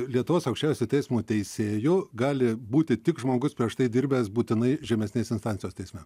lietuvos aukščiausiojo teismo teisėju gali būti tik žmogus prieš tai dirbęs būtinai žemesnės instancijos teisme